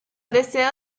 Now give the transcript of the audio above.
deseo